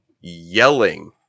yelling